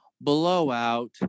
blowout